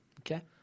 Okay